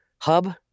hub